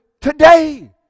today